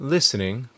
Listening